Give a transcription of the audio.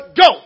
go